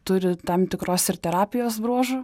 turi tam tikros ir terapijos bruožų